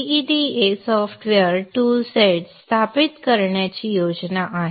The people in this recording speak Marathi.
gEDA सॉफ्टवेअर टूलसेट स्थापित करण्याची योजना आहे